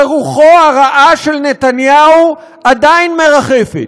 ורוחו הרעה של נתניהו עדיין מרחפת,